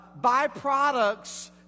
byproducts